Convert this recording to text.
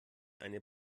eine